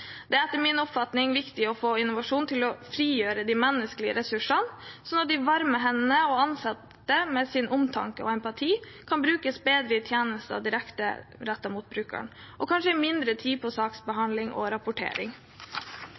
Det er etter min oppfatning viktig å få innovasjon til å frigjøre de menneskelige ressursene, sånn at de varme hendene og ansatte med sin omtanke og empati kan brukes bedre i tjenester direkte rettet mot brukerne, og kanskje mindre på saksbehandling og rapportering.